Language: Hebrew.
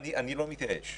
אני לא מתייאש.